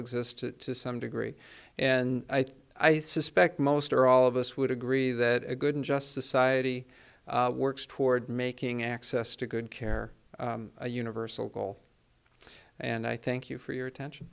exist to some degree and i suspect most or all of us would agree that a good and just society works toward making access to good care universal and i thank you for your attention